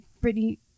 Brittany